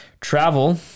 Travel